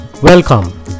Welcome